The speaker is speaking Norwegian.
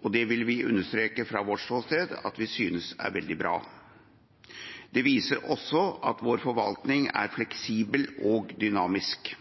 og det vil vi understreke fra vårt ståsted at vi synes er veldig bra. Det viser også at vår forvaltning er fleksibel og dynamisk.